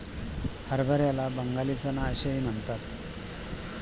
हरभऱ्याला बंगाली चना असेही म्हणतात